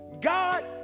God